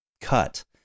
cut